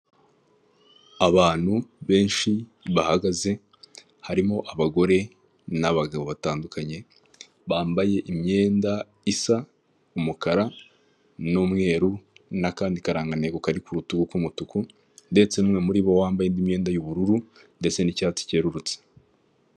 Abantu benshi bahagaze harimo abagore n'abagabo batandukanye bambaye imyenda isa umukara n'umweru n'akandi karantego kari ku rutugu k'umutuku ndetse n'umwe muri bo wambaye indi n'imyenda y'ubururu ndetse n'icyatsi cyerurutse.